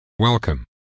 welcome